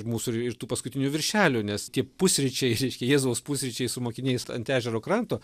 mūsų ir tų paskutinių viršelių nes tie pusryčiai reiškia jėzaus pusryčiai su mokiniais ant ežero kranto